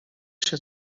się